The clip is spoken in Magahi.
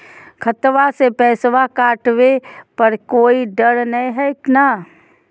खतबा से पैसबा कटाबे पर कोइ डर नय हय ना?